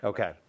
Okay